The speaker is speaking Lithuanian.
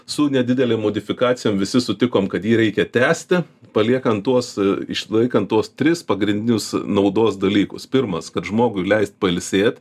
su nedidelėm modifikacijom visi sutikom kad jį reikia tęsti paliekant tuos išlaikant tuos tris pagrindinius naudos dalykus pirmas kad žmogui leist pailsėt